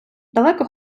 далеко